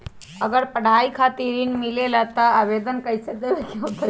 अगर पढ़ाई खातीर ऋण मिले ला त आवेदन कईसे देवे के होला?